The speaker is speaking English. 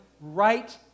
right